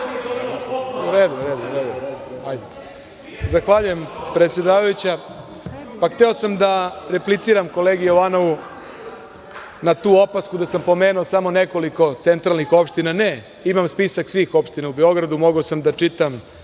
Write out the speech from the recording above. Zahvaljujem predsedavajuća. Hteo sam da repliciram kolegi Jovanovu na tu opasku da sam pomenuo samo nekoliko centralnih opština. Ne, imam spisak svih opština u Beogradu. Mogao sam da čitam